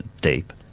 deep